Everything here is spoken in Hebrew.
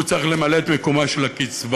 והיא צריכה למלא את מקומה של הקצבה.